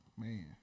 man